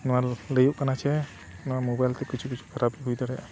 ᱱᱚᱣᱟ ᱨᱮ ᱞᱟᱹᱭ ᱦᱩᱭᱩᱜ ᱠᱟᱱᱟ ᱪᱮ ᱱᱚᱣᱟ ᱢᱳᱵᱟᱭᱤᱞ ᱛᱮ ᱠᱤᱪᱷᱩ ᱠᱤᱪᱷᱩ ᱠᱷᱟᱨᱟᱯ ᱦᱩᱭ ᱫᱟᱲᱮᱭᱟᱜᱼᱟ